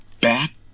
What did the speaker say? back